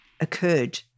occurred